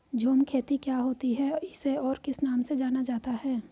झूम खेती क्या होती है इसे और किस नाम से जाना जाता है?